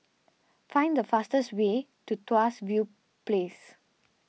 find the fastest way to Tuas View Place